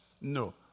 No